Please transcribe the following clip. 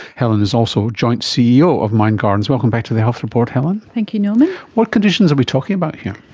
helen is also joint ceo of mindgardens. welcome back to the health report, helen. thank you know what conditions are we talking about here?